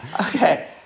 Okay